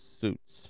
suits